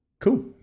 cool